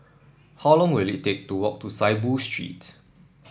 how long will it take to walk to Saiboo Street